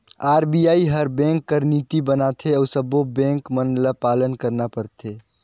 RBI हर bank बर नीति बनाथे अउ सब्बों बेंक मन ल पालन करना परथे